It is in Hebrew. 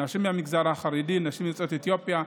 נשים מהמגזר החרדי ונשים יוצאות אתיופיה.